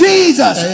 Jesus